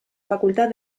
facultad